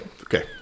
Okay